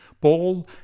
Paul